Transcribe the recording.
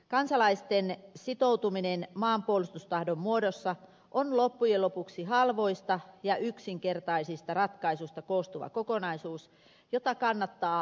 kansalaisten sitoutuminen maanpuolustustahdon muodossa on loppujen lopuksi halvoista ja yksinkertaisista ratkaisuista koostuva kokonaisuus jota kannattaa tietoisesti vaalia